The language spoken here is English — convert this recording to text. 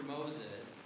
Moses